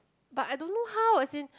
but I don't know how as in